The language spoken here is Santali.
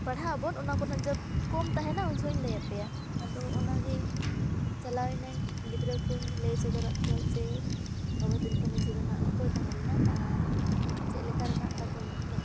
ᱯᱟᱲᱦᱟᱜ ᱟᱵᱚᱱ ᱚᱱᱟ ᱠᱚ ᱱᱟᱦᱟᱸᱜ ᱡᱚᱵᱽ ᱠᱚᱢ ᱛᱟᱦᱮᱱᱟ ᱩᱱ ᱡᱷᱚᱠᱷᱚᱱ ᱤᱧ ᱞᱟᱹᱭ ᱟᱯᱮᱭᱟ ᱟᱫᱚ ᱚᱱᱟᱜᱮ ᱪᱟᱞᱟᱣ ᱮᱱᱟᱹᱧ ᱜᱤᱫᱽᱨᱟᱹ ᱠᱚᱧ ᱞᱟᱹᱭ ᱥᱚᱫᱚᱨᱟᱜ ᱠᱚᱣᱟ ᱡᱮ ᱵᱟᱵᱟ ᱛᱤᱞᱠᱟᱹ ᱢᱟᱹᱡᱷᱤ ᱫᱚ ᱱᱟᱦᱟᱸᱜ ᱚᱠᱚᱭ ᱛᱟᱦᱮᱸ ᱞᱮᱱᱟᱭ ᱟᱨ ᱪᱮᱫ ᱞᱮᱠᱟ ᱨᱮᱱᱟᱜ ᱛᱟᱵᱚᱱ ᱩᱱᱟᱹᱜ